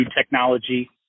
technology